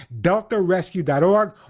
DeltaRescue.org